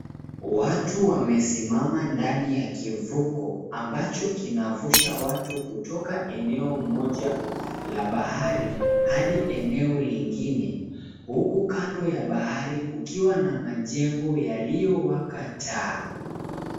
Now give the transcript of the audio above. Watu wamesimama ndani ya kivuko ambacho kinavusha watu kutoka eneo moja la bahari, hadi eneo 𝑙𝑖𝑛𝑔𝑖𝑛𝑒, huku kando ya bahari kukiwa na majengo yaliyowaka taa.